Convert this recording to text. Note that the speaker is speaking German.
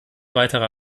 weitere